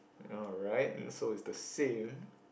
alright so it's the same